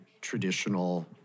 traditional